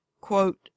Quote